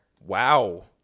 Wow